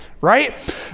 right